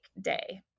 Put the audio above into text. day